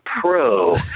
pro